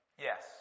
yes